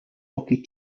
hockey